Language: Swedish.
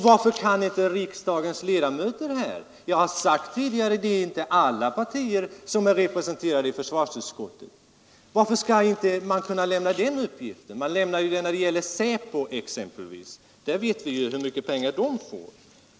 Varför kan inte riksdagens ledamöter — som jag sade tidigare är det inte alla partier som är representerade i försvarsutskottet — få den uppgiften när en motsvarande uppgift lämnas ut när det gäller exempelvis SÄPO? Vi vet ju hur mycket pengar SÄPO får.